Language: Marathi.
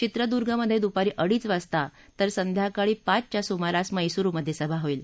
चित्रदुर्भमधे दुपारी अडीच वाजता तर संध्याकाळी पाचघ्या सुमारास मैसुरमधे सभा होईल